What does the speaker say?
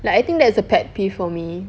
like I think that is a pet peeve for me